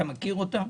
אתה מכיר אותם,